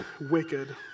wicked